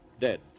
dead